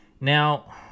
now